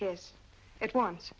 yes at once